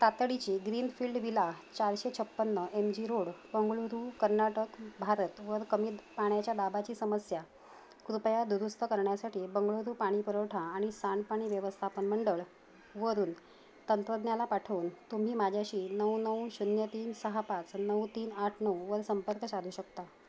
तातडीची greenfield villa चारशे छप्पन्न M G road Bengaluru Karnataka भारतवर कमी पाण्याच्या दाबाची समस्या कृपया दुरुस्त करण्यासाठी बंगळुरू पाणीपुरवठा आणि सांडपाणी व्यवस्थापन मंडळ वरून तंत्रज्ञाला पाठवून तुम्ही माझ्याशी नऊ नऊ शून्य तीन सहा पाच नऊ तीन आठ नऊवर संपर्क साधू शकता